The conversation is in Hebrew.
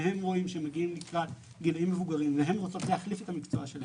שהן רואות שהן מגיעות לגילים מבוגרים והן רוצות להחליף את המקצוע שלהן,